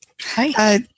Hi